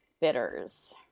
bitters